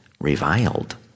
reviled